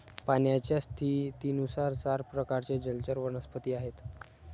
पाण्याच्या स्थितीनुसार चार प्रकारचे जलचर वनस्पती आहेत